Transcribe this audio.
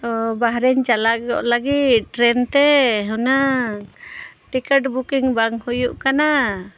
ᱚ ᱵᱟᱦᱨᱮᱧ ᱪᱟᱞᱟᱜ ᱞᱟᱹᱜᱤᱫ ᱴᱨᱮᱱ ᱛᱮ ᱦᱩᱱᱟᱹᱝ ᱴᱤᱠᱤᱴ ᱵᱩᱠᱤᱝ ᱵᱟᱝ ᱦᱩᱭᱩᱜ ᱠᱟᱱᱟ